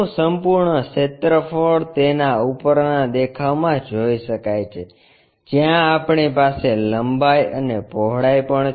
તેનું સંપૂર્ણ ક્ષેત્રફળ તેના ઉપરના દેખાવમાં જોઈ શકાય છે જ્યાં આપણી પાસે લંબાઈ અને પહોળાઈ પણ છે